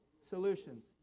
solutions